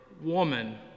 Woman